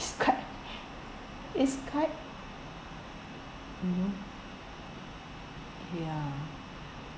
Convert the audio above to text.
it's quite it's quite mm ya